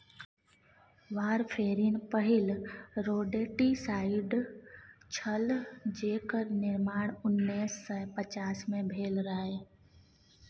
warfarin पहिल rodenticide छल जेकर निर्माण उन्नैस सय पचास मे भेल रहय